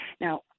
Now